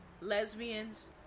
lesbians